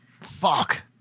Fuck